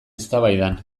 eztabaidan